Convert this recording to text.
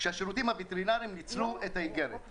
כשהשירותים הווטרינרים ניצלו את האיגרת.